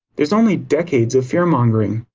there's only decades of fearmongering.